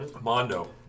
Mondo